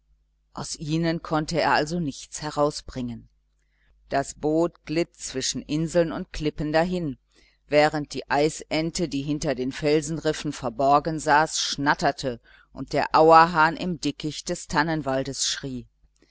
aus ihnen konnte er also nichts herausbringen das boot glitt zwischen inseln und klippen dahin während die eisente die hinter den felsenriffen verborgen saß schnatterte und der auerhahn im dickicht des tannenwaldes schrie